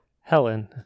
Helen